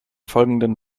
folgenden